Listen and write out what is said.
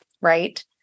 right